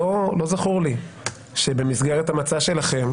לא זכור לי שבמסגרת המצע שלכם